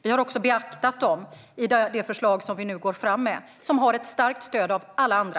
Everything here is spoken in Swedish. Vi har också beaktat dem i det förslag som vi nu går fram med, som har ett starkt stöd av alla andra.